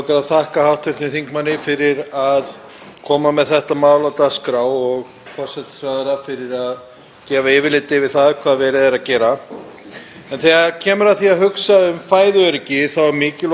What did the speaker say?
Þegar kemur að fæðuöryggi er mikilvægt að horfa á það út frá hinu flókna kerfi sem það myndar. Þetta er ekki bara það að